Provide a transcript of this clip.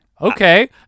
Okay